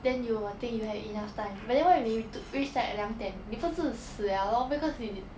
then you will think you have enough time but then when you reach 在两点你不是死 liao lor because 你